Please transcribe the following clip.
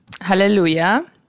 hallelujah